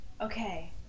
okay